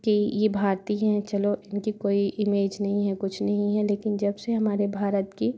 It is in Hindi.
कि ये भारती हैं चलो इनकी कोई इमेज नहीं है कुछ नहीं है लेकिन जब से हमारे भारत की